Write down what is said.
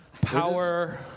power